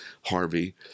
Harvey